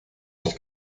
nicht